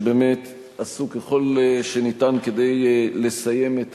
שבאמת עשו ככל שניתן כדי לסיים את